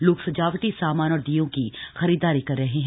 लोग सजावटी सामान और दीयों की खरीदारी कर रहे हैं